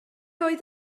oedd